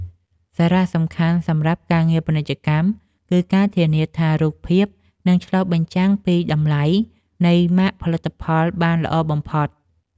សារៈសំខាន់សម្រាប់ការងារពាណិជ្ជកម្ម គឺការធានាថារូបភាពនឹងឆ្លុះបញ្ចាំងពីតម្លៃនៃម៉ាកផលិតផលបានល្អបំផុត។